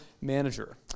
manager